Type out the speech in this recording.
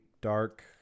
dark